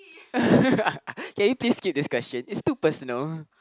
can you please skip this question is too personal